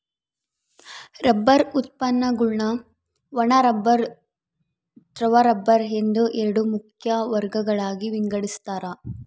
rubber ಉತ್ಪನ್ನಗುಳ್ನ ಒಣ rubber ದ್ರವ ರಬ್ಬರ್ ಎಂದು ಎರಡು ಮುಖ್ಯ ವರ್ಗಗಳಾಗಿ ವಿಂಗಡಿಸ್ತಾರ